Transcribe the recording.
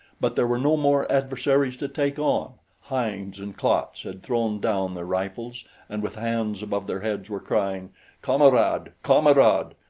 but there were no more adversaries to take on. heinz and klatz had thrown down their rifles and with hands above their heads were crying kamerad! kamerad!